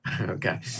Okay